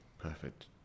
Perfect